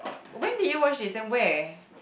when did you watch this and where